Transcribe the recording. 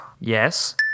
Yes